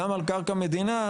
גם על קרקע מדינה,